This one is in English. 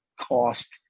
cost